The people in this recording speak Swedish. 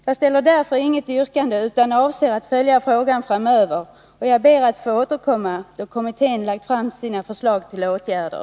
Jag framställer därför inget yrkande, utan avser att följa frågan framöver, och jag ber att få återkomma då kommittén lagt fram sina förslag till åtgärder.